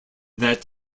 that